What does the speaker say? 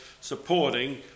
supporting